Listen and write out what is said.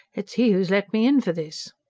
it's he who has let me in for this.